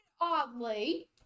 oddly